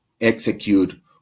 execute